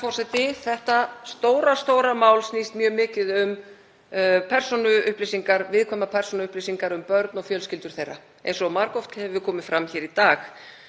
Þetta stóra mál snýst mjög mikið um viðkvæmar persónuupplýsingar um börn og fjölskyldur þeirra, eins og margoft hefur komið fram hér í dag.